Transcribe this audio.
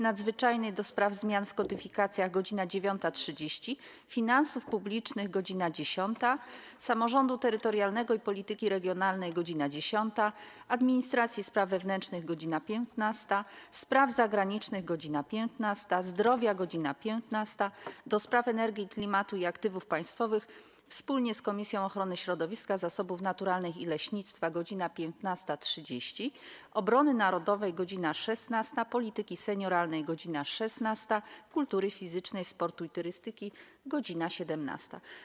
Nadzwyczajnej do spraw zmian w kodyfikacjach - godz. 9.30, - Finansów Publicznych - godz. 10, - Samorządu Terytorialnego i Polityki Regionalnej - godz. 10, - Administracji i Spraw Wewnętrznych - godz. 15, - Spraw Zagranicznych - godz. 15, - Zdrowia - godz. 15, - do Spraw Energii, Klimatu i Aktywów Państwowych wspólnie z Komisją Ochrony Środowiska, Zasobów Naturalnych i Leśnictwa - godz. 15.30, - Obrony Narodowej - godz. 16, - Polityki Senioralnej - godz. 16, - Kultury Fizycznej, Sportu i Turystyki - godz. 17.